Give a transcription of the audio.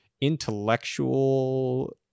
intellectual